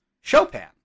Chopin